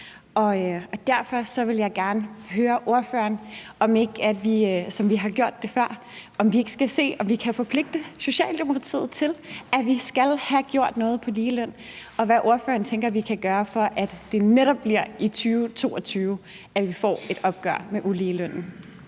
Derfor vil jeg gerne høre ordføreren, om vi ikke, som vi har gjort det før, skal se på, om vi kan forpligte Socialdemokratiet til, at vi skal have gjort noget på ligelønsområdet, og jeg vil spørge, hvad ordføreren tænker at vi kan gøre for, at det netop bliver i 2022, at vi får et opgør med uligelønnen.